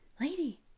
lady